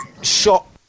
shot